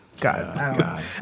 God